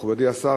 מכובדי השר,